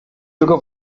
tylko